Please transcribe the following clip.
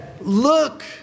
look